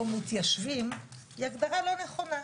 -- או כמתיישבים היא הגדרה לא נכונה.